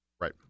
right